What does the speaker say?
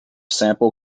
sample